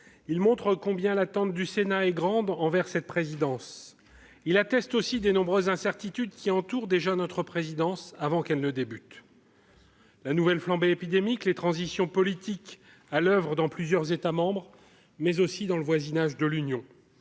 Il a montré combien l'attente du Sénat était grande envers cette présidence. Ce débat a également permis de soulever les nombreuses incertitudes qui entourent déjà notre présidence, avant qu'elle ne débute : la nouvelle flambée épidémique, les transitions politiques à l'oeuvre dans plusieurs États membres, mais aussi dans le voisinage de l'Union,